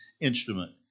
instrument